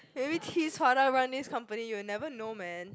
maybe T's father run this company you never know man